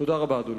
תודה רבה, אדוני.